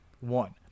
one